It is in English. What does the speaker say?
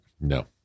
No